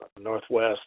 Northwest